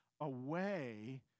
away